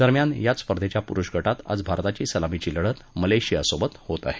दरम्यान याच स्पर्धेच्या पुरुष गटात आज भारताची सलामीची लढत मलेशियासोबत होत आहे